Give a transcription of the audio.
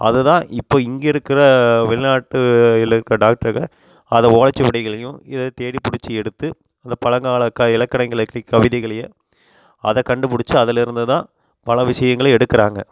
அது தான் இப்போ இங்கே இருக்கிற வெளிநாட்டுயில இருக்க டாக்ட்ருக அதை ஓலைச்சுவடிகளையும் இத தேடி பிடிச்சி எடுத்து அந்த பழங்கால க இலக்கண இலக்கிய கவிதைகளை அதை கண்டுபிடிச்சி அதில் இருந்து தான் பல விஷயங்களை எடுக்கிறாங்க